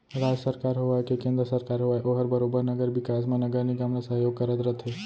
राज सरकार होवय के केन्द्र सरकार होवय ओहर बरोबर नगर बिकास म नगर निगम ल सहयोग करत रथे